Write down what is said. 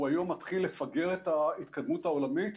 הוא היום מתחיל לפגר אחר ההתקדמות העולמית.